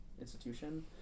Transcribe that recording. institution